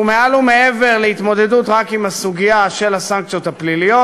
שהוא מעל ומעבר להתמודדות רק עם הסוגיה של הסנקציות הפליליות,